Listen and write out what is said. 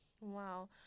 Wow